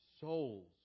souls